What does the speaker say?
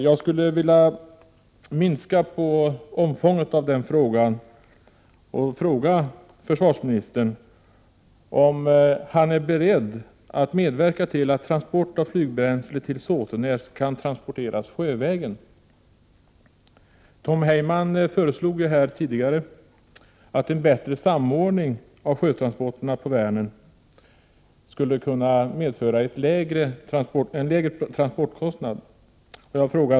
Jag skulle vilja minska omfånget av den frågan och fråga försvarsministern om han är beredd att medverka till att transport av flygbränsle till Såtenäs kan ske sjövägen. Tom Heyman föreslog tidigare en bättre samordning av sjötransporterna på Vänern, som skulle kunna medföra lägre transportkostnader.